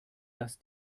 dass